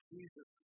Jesus